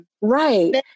Right